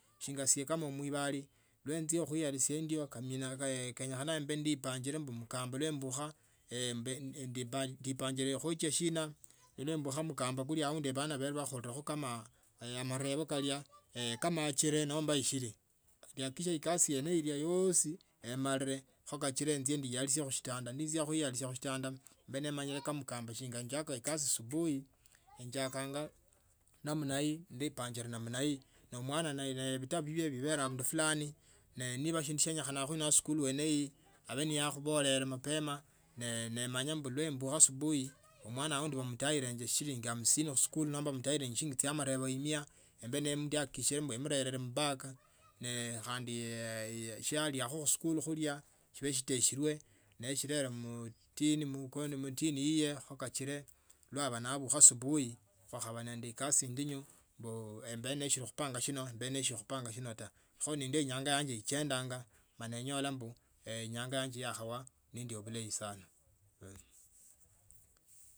Shinga isie kama muibali nenjie khuiyabasia endio kenyekha mbe ndipangale mkamba numbukha ndipangile khuekia shina nembukaa mkamba aundi bana ba bekho kama marebo kalya nekamakino nomba ishili emakile kasi hiyo yosi emarire kachire njie ndiyase khusitenda nendi kuyasia musitanda mbe nemanyire kaa mkamba shinga enjava ekasi asubuhi enjava namna hii nepanga namna he ne mwana naye vitabu vivye virele abundu fulani neba shindu shienyekhana eskuli abe neyakhubolera mapema nemanya mbu nembucha asubuhi omwana aundi bameichailenge shilingi hamsini khusikuli nomba eshilinga chya amarebo mia khendakikisie emurere mubag nekhandi chya aliakho musikuli mula nkshitekwele mtiri iye kho kachile bula naabukha asubuhi wakhabaa nende ekasi endinyu mbe neshili khupanga shina. Kho nindio enyanga yange echendanga onyola khunyola mbu inyanga yange yakhwaa bulayi sana.